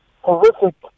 horrific